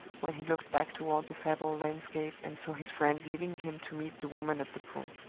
when he looked back toward the fatal landscape and saw his friend leaving him to meet the woman at the pool.